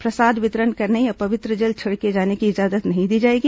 प्रसाद वितरित करने या पवित्र जल छिड़के जाने की इजाजत नहीं दी जाएगी